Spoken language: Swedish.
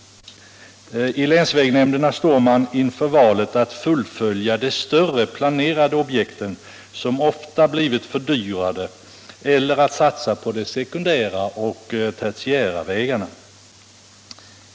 I länsvägnämnderna står man inför valet att fullfölja de större planerade objekten, som ofta blivit fördyrade, eller att satsa på de sekundära och tertiära vägarna.